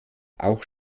auch